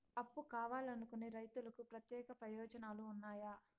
అప్పు కావాలనుకునే రైతులకు ప్రత్యేక ప్రయోజనాలు ఉన్నాయా?